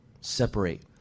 separate